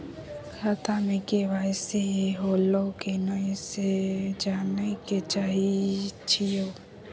खाता में के.वाई.सी होलै की नय से जानय के चाहेछि यो?